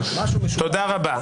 תודה רבה.